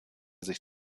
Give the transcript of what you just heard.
sich